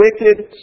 wicked